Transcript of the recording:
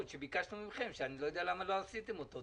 שביקשנו מכם שאני לא יודע למה לא עשיתם אותו.